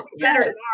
Better